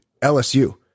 LSU